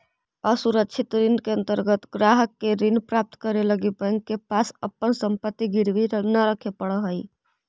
असुरक्षित ऋण के अंतर्गत ग्राहक के ऋण प्राप्त करे लगी बैंक के पास अपन संपत्ति गिरवी न रखे पड़ऽ हइ